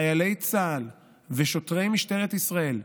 חיילי צה"ל ושוטרי משטרת ישראל,